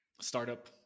Startup